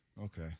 Okay